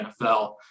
NFL